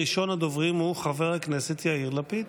ראשון הדוברים הוא חבר הכנסת יאיר לפיד.